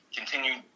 continue